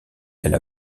elle